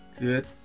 good